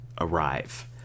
arrive